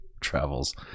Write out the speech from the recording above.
travels